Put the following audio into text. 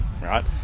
right